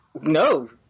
No